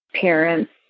parents